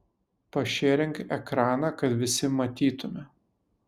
pašėrink ekraną kad visi matytume